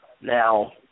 Now